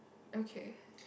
okay